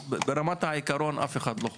ברמת העיקרון אף אחד לא חולק.